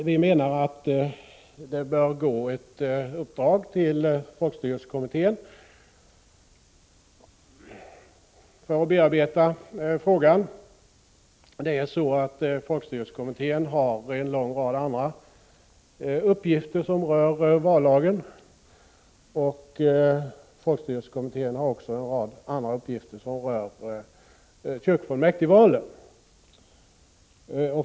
Vi anser att det bör gå ett utredningsuppdrag till folkstyrelsekommittén att bearbeta frågan. Folkstyrelsekommittén har en lång rad andra uppgifter som rör vallagen, och dessutom en lång rad andra uppgifter som rör kyrkofullmäktigvalen.